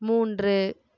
மூன்று